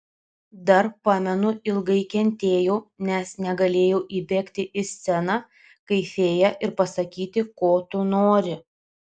dar pamenu ilgai kentėjau nes negalėjau įbėgti į sceną kaip fėja ir pasakyti ko tu nori